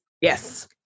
yes